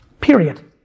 Period